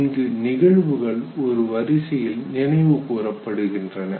இங்கு நிகழ்வுகள் ஒரு வரிசையில் நினைவு கூரப்படுகின்றன